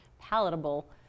palatable